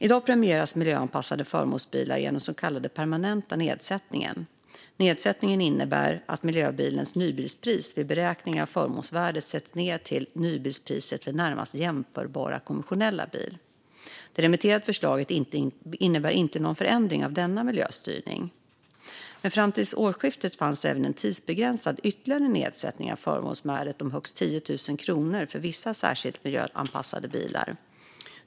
I dag premieras miljöanpassade förmånsbilar genom den så kallade permanenta nedsättningen. Nedsättningen innebär att miljöbilens nybilspris vid beräkning av förmånsvärdet sätts ned till nybilspriset för närmast jämförbara konventionella bil. Det remitterade förslaget innebär inte någon förändring av denna miljöstyrning. Fram till årsskiftet fanns även en tidsbegränsad ytterligare nedsättning av förmånsvärdet om högst 10 000 kronor för vissa särskilt miljöanpassade bilar.